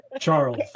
Charles